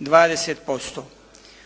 20%.